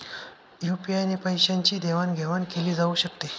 UPI ने पैशांची देवाणघेवाण केली जाऊ शकते